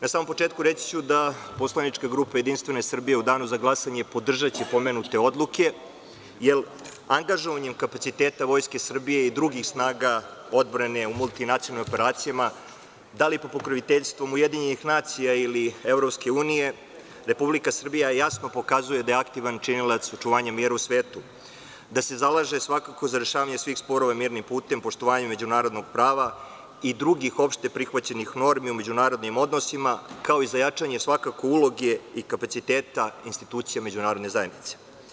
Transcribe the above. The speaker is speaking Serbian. Na samom početku reći ću da poslanička grupa JS u danu za glasanje podržaće pomenute odluke, jer angažovanjem kapaciteta Vojske Srbije i drugih snaga odbrane u multinacionalnim operacijama, da li pod pokroviteljstvom UN ili EU, Republika Srbija jasno pokazuje da je aktivan činilac očuvanja mira u svetu, da se zalaže za rešavanje svih sporova mirnim putem, poštovanjem međunarodnog prava i drugih opšte prihvaćenih normi o međunarodnim odnosima, kao i za jačanje uloge i kapaciteta institucije međunarodne zajednice.